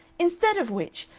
instead of which,